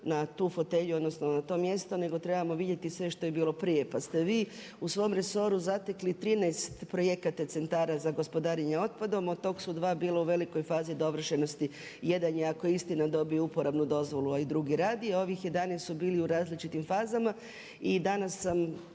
na tu fotelju, odnosno na to mjesto, nego trebamo vidjeti sve što je bilo prije. Pa ste vi u svom resoru zatekli 13 projekata Centara za gospodarenje otpadom. Od tog su dva bila u velikoj fazi dovršenosti. Jedan je ako je istina dobio uporabnu dozvolu, a i drugi radi. Ovih 11 su bili u različitim fazama. I danas sam